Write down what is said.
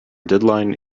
deadline